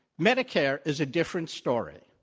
medicare is a different story.